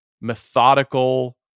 methodical